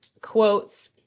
quotes